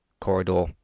corridor